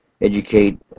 educate